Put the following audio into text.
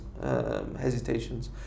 hesitations